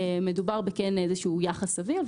מדובר באיזשהו יחס סביר.